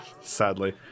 Sadly